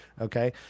Okay